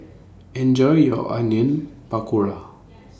Enjoy your Onion Pakora